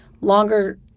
longer